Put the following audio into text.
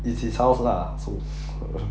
it's his house lah so